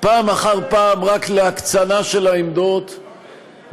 פעם אחר פעם רק להקצנה של העמדות ופוגעת